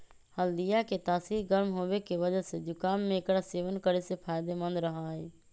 हल्दीया के तासीर गर्म होवे के वजह से जुकाम में एकरा सेवन करे से फायदेमंद रहा हई